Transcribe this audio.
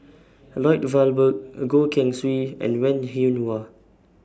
Lloyd Valberg Goh Keng Swee and Wen Jinhua